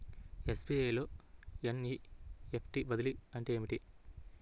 SBI లో NEFT బదిలీ అంటే ఏమిటి?